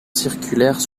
circulaire